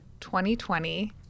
2020